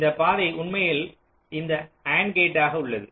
இந்த பாதை உண்மையில் இந்த அண்ட் கேட்டாக உள்ளது